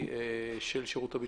שירות הביטחון?